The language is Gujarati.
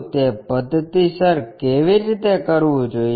તે પધ્ધતિસર કેવી રીતે કરવું જોઈએ